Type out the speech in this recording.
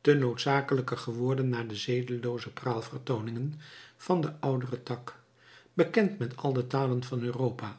te noodzakelijker geworden na de zedelooze praalvertooningen van den ouderen tak bekend met al de talen van europa